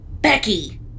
Becky